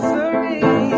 Sorry